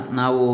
now